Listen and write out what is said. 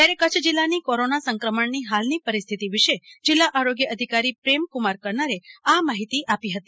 ત્યારે કચ્છ જીલ્લાની કોરોના સંક્રમણની હાલની પરિસ્થિતિ વિષે જીલ્લા આરોગ્ય અધિકારી પ્રેમકુમાર કન્નરે આ માહિતી આપી હતી